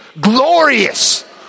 Glorious